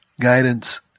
guidance